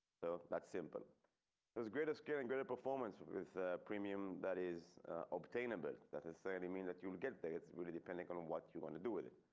so that's simple there's greater scaling better performance with premium that is obtainable that is fairly mean that you'll get there. it's really depending on what you want to do with it,